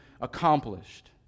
accomplished